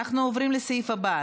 אנחנו עוברים לסעיף הבא,